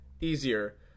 easier